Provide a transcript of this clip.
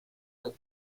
del